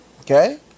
okay